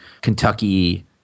Kentucky